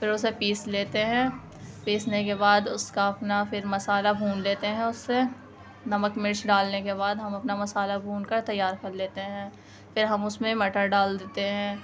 پھر اسے پیس لیتے ہیں پیسنے کے بعد اس کا اپنا پھر مسالہ بھون لیتے ہیں اس سے نمک مرچ ڈالنے کے بعد ہم اپنا مسالہ بھون کر تیار کر لیتے ہیں پھر ہم اس میں مٹر ڈال دیتے ہیں